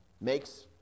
makes